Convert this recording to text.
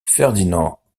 ferdinand